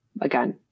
again